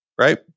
right